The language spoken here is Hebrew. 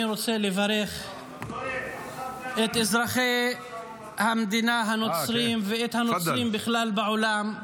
ואני רוצה לברך את אזרחי המדינה הנוצרים ואת הנוצרים בכלל בעולם.